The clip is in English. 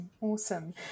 awesome